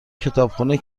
کتابخونه